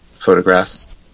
photograph